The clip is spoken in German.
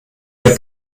der